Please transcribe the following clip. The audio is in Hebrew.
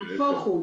נהפוך הוא.